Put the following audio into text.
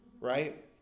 Right